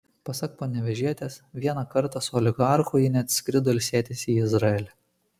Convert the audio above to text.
pasak panevėžietės vieną kartą su oligarchu ji net skrido ilsėtis į izraelį